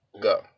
go